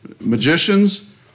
magicians